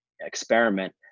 experiment